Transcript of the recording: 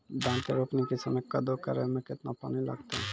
धान के रोपणी के समय कदौ करै मे केतना पानी लागतै?